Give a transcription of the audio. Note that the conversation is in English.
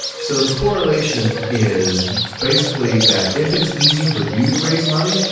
so the correlation is basically that if it's easy for you to raise money,